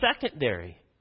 secondary